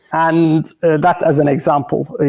and that, as an example.